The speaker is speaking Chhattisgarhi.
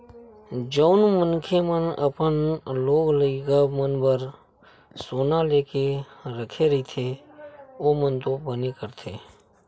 जउन मनखे मन अपन लोग लइका मन बर सोना लेके रखे रहिथे ओमन तो बने करथे